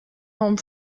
home